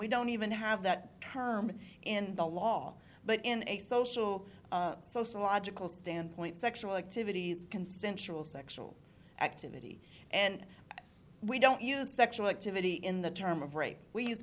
we don't even have that term in the law but in a social sociological standpoint sexual activities consensual sexual activity and we don't use sexual activity in the term of rape we use